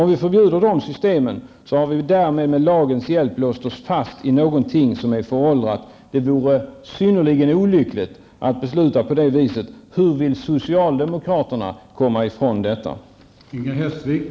Om vi förbjuder de här systemen, låser vi oss med lagens hjälp fast vid något som är föråldrat. Det vore ett synnerligen olyckligt beslut. Hur vill socialdemokraterna göra för att undvika att det blir som jag här har redogjort för?